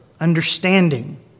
understanding